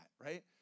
right